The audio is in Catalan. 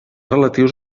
relatius